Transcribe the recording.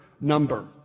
number